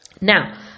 Now